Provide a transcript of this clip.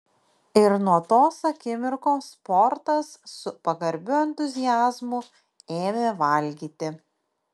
ir nuo tos akimirkos portas su pagarbiu entuziazmu ėmė valgyti